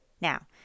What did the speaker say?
Now